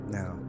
Now